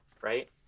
right